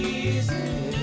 easy